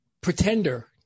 Pretender